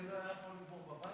את זה לא הוא היה יכול לגמור בבית?